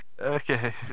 Okay